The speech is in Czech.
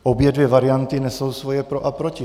Obě dvě varianty nesou svoje pro a proti.